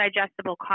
digestible